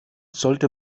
sollte